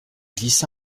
glissa